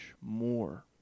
more